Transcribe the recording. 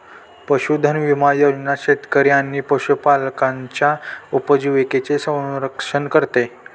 पशुधन विमा योजना शेतकरी आणि पशुपालकांच्या उपजीविकेचे संरक्षण करते